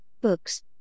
books